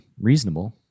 reasonable